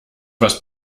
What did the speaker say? was